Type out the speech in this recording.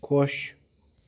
خۄش